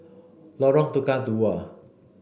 Lorong Tukang Dua